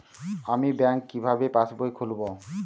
আমি ব্যাঙ্ক কিভাবে পাশবই খুলব?